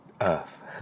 Earth